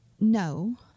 no